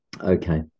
okay